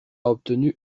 obtenu